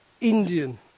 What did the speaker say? Indian